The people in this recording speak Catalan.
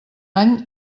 any